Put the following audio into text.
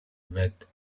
with